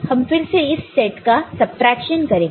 हम फिर से इस सेट का सब ट्रैक्शन करेंगे